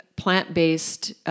plant-based